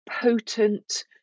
potent